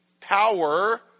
power